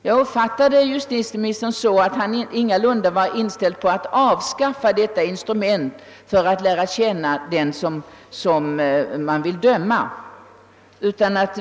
Jag uppfattade justitieministerns svar på det sättet, att han ingalunda var inställd på att avskaffa detta instrument för att lära känna dem, man skall döma.